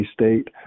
state